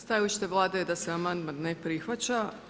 Stajalište Vlade je da se amandman ne prihvaća.